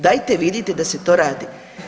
Dajte vidite da se to radi.